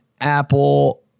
Apple